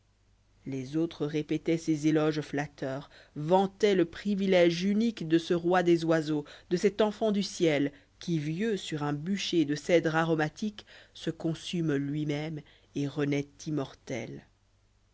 les autres répétaient ces éloges flatteurs vântoient le privilège unique de ce roi des oiseaux de cet enfant du ciel qui vieux sur un bûcher de cèdre aromatique se consume lui-même et renaît immortel